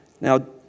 Now